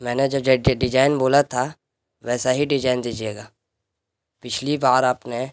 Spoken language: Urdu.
میں نے جو ڈیجائن بولا تھا ویسا ہی ڈیجائن دیجیے گا پچھلی بار آپ نے